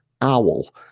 Owl